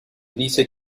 dice